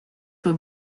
were